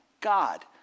God